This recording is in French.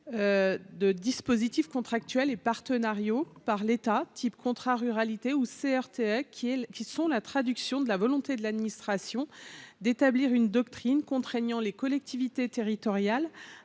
de dispositifs contractuels et partenariaux, par l'État, type contrat ruralité ou CRTS qui est qui sont la traduction de la volonté de l'administration d'établir une doctrine, contraignant les collectivités territoriales